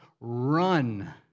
run